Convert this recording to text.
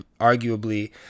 arguably